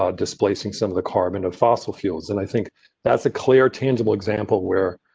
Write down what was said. ah displacing some of the carbon of fossil fields. and i think that's a clear tangible example where.